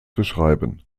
beschreiben